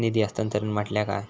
निधी हस्तांतरण म्हटल्या काय?